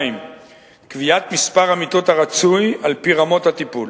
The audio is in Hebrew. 2. קביעת מספר המיטות הרצוי על-פי רמות הטיפול,